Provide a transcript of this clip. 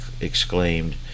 exclaimed